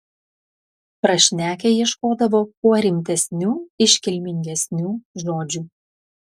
prašnekę ieškodavo kuo rimtesnių iškilmingesnių žodžių